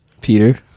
Peter